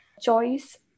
choice